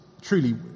truly